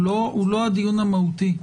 הוא לא הדיון המהותי.